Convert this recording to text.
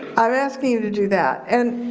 i'm asking you to do that and